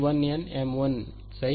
सही